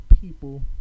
people